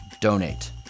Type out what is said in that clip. donate